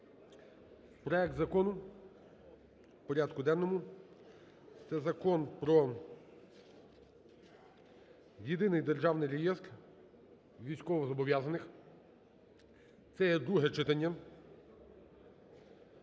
проект закону у порядку денному це Закон про Єдиний державний реєстр військовозобов'язаних. Це є друге читання,